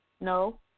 No